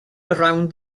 around